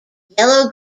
yellow